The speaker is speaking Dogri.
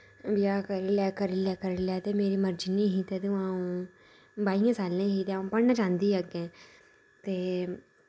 ब्याह् करी लै करी लै करी लै ते मेरी मर्जी नेईं ही तदूं आऊं बाइयें सालें दी ही ते आऊं पढ़ना चांह्दी ही अग्गें ते